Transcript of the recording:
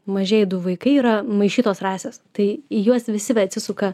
mažieji du vaikai yra maišytos rasės tai į juos visi atsisuka